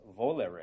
volere